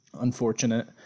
unfortunate